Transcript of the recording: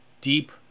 deep